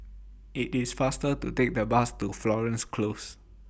IT IS faster to Take The Bus to Florence Close